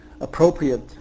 appropriate